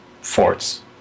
forts